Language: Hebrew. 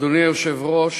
אדוני היושב-ראש,